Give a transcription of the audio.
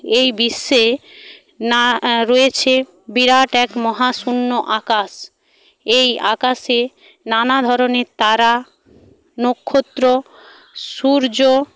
এই বিশ্বে না রয়েছে বিরাট এক মহাশূন্য আকাশ এই আকাশে নানা ধরনের তারা নক্ষত্র সূর্য